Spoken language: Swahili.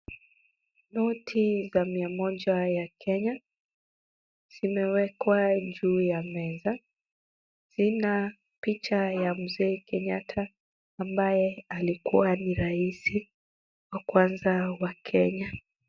Noti za mia moja ya Kenya zimewekwa juu ya meza, ila picha ya Mzee Kenyatta ambaye alikuwa ni rais wa kwanza wa Kenya.